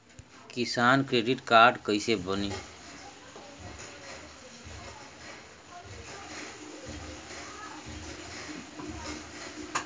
किसान credit card कइसे बानी?